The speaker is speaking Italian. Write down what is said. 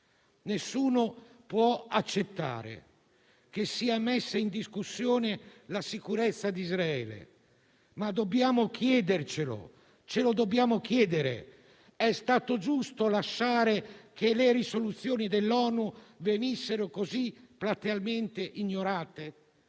Nessuno può accettare che sia messa in discussione la sicurezza di Israele, ma dobbiamo chiederci se sia stato giusto lasciare che le risoluzioni dell'ONU venissero così platealmente ignorate.